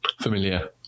familiar